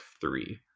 three